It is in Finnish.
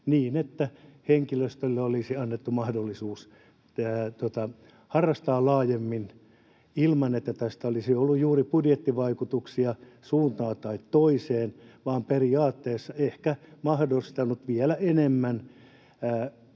niin että henkilöstölle olisi annettu mahdollisuus harrastaa laajemmin ilman, että tästä olisi ollut juuri budjettivaikutuksia suuntaan tai toiseen. Periaatteessa se olisi ehkä mahdollistanut vielä enemmän